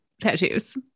tattoos